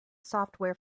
software